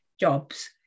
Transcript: jobs